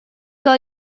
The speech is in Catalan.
que